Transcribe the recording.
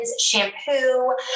shampoo